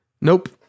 nope